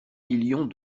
millions